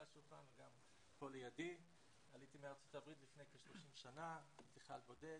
עליתי מארצות הברית לפני כ-30 שנים כחייל בודד.